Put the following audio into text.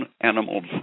animals